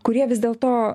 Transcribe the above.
kurie vis dėlto